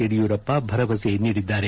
ಯಡಿಯೂರಪ್ಪ ಭರವಸೆ ನೀಡಿದ್ದಾರೆ